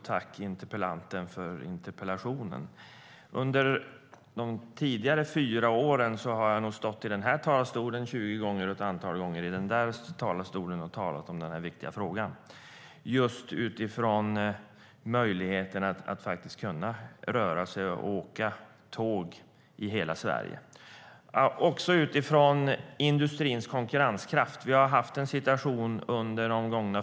Tack, interpellanten, för interpellationen! STYLEREF Kantrubrik \* MERGEFORMAT Svar på interpellationerJag har också sett det utifrån industrins konkurrenskraft.